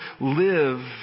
live